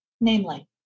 namely